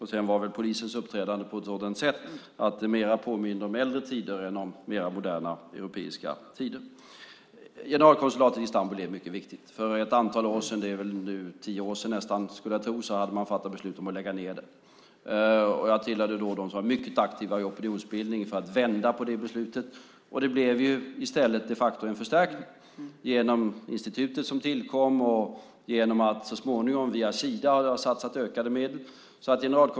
Sedan var väl polisens uppträdande sådant att det mer påminde om äldre tider än om modernare europeiska tider. Generalkonsulatet i Istanbul är mycket viktigt. För ett antal år sedan, det är väl nu nästan tio år sedan, skulle jag tro, hade man fattat beslut om att lägga ned det. Jag tillhörde då dem som var mycket aktiva i opinionsbildningen för att vända på det beslutet. Det blev i stället de facto en förstärkning genom institutet som tillkom och genom att man så småningom via Sida har satsat ökade medel.